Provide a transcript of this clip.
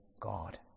God